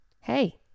Hey